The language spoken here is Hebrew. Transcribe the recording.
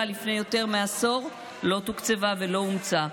לפני יותר מעשור לא תוקצבה ולא אומצה.